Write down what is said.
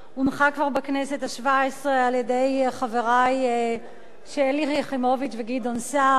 הונחה כבר בכנסת השבע-עשרה על-ידי חברי שלי יחימוביץ וגדעון סער.